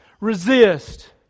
Resist